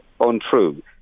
untrue